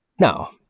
Now